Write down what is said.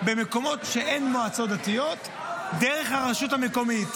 במקומות שאין בהם מועצות דתיות דרך הרשות המקומית.